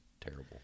terrible